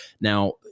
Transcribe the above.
Now